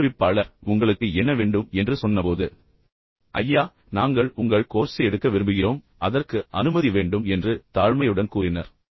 பயிற்றுவிப்பாளர் உங்களுக்கு என்ன வேண்டும் என்று சொன்னபோது ஐயா நாங்கள் உங்கள் கோர்சை எடுக்க விரும்புகிறோம் அதற்கு உங்கள் அனுமதி வேண்டும் என்று அவர்கள் தாழ்மையுடன் கூறினர்